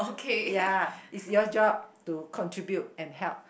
ya it's your job to contribute and help